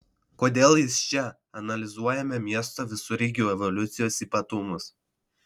kodėl jis čia analizuojame miesto visureigių evoliucijos ypatumus